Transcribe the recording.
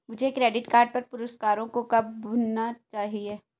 मुझे credit card पर पुरस्कारों को कब भुनाना चाहिए?